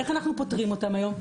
איך אנחנו פותרים אותן היום?